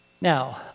Now